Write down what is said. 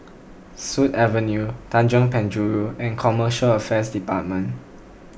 Sut Avenue Tanjong Penjuru and Commercial Affairs Department